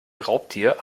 raubtier